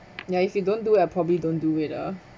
ya if you don't do it I probably don't do it ah